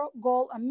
goal